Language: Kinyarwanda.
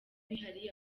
bihari